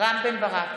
רם בן ברק,